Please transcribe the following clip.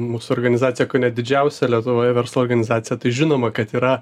mūsų organizacija kone didžiausia lietuvoje verslo organizacija tai žinoma kad yra